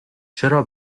چرا